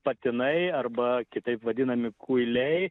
patinai arba kitaip vadinami kuiliai